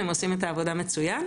הם עושים את העבודה מצוין.